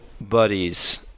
buddies